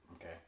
Okay